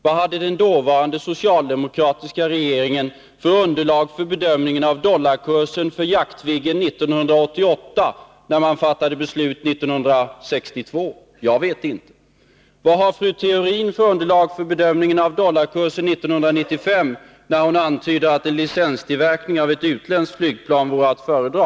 Vad hade den dåvarande socialdemokratiska regeringen för underlag för sin bedömning av dollarkursen 1988, när den 1962 fattade beslut om Viggen? Jag vet det inte. Vad har fru Theorin för underlag för bedömning av dollarkursen 1995, när hon antyder att licenstillverkning av ett utländskt flygplan vore att föredra?